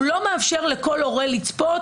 הוא לא מאפשר לכל הורה לצפות,